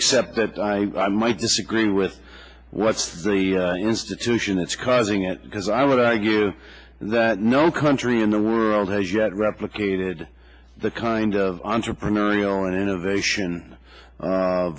except that i might disagree with what the institution that's causing it because i would argue that no country in the world has yet replicated the kind of entrepreneurial innovation